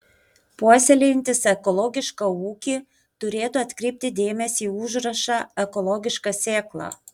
puoselėjantys ekologišką ūkį turėtų atkreipti dėmesį į užrašą ekologiška sėkla